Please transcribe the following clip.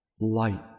light